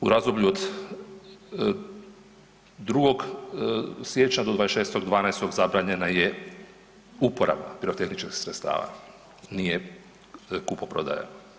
U razdoblju od 2. siječnja do 26. 12. zabranjena je uporaba pirotehničkih sredstava, nije kupoprodaja.